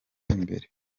imbere